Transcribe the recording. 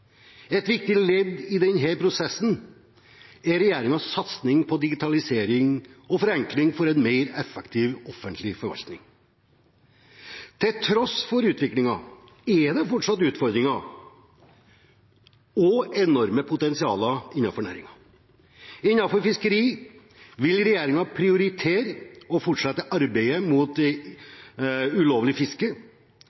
Et viktig ledd i denne prosessen er regjeringens satsing på digitalisering og forenkling for en mer effektiv offentlig forvaltning. Til tross for utviklingen er det fortsatt utfordringer og et enormt potensial innenfor næringen. Innenfor fiskeri vil regjeringen prioritere å fortsette arbeidet mot